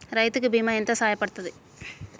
రైతు కి బీమా ఎంత సాయపడ్తది?